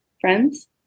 friends